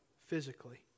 physically